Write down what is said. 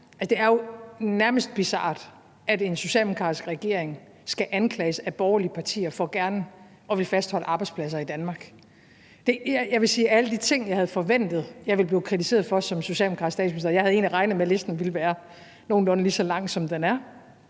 det er jo nærmest bizart, at en socialdemokratisk regering skal anklages af borgerlige partier for gerne at ville fastholde arbejdspladser i Danmark. Hvad angår alle de ting, jeg havde forventet jeg ville blive kritiseret for som socialdemokratisk statsminister, så havde jeg egentlig regnet med, at listen ville være nogenlunde lige så lang, som den er,